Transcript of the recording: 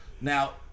Now